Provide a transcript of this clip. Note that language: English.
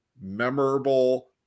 memorable